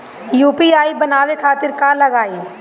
UPI बनावे खातिर का का लगाई?